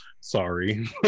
Sorry